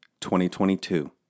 2022